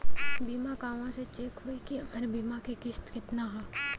बीमा कहवा से चेक होयी की हमार बीमा के किस्त केतना ह?